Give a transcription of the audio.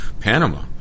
Panama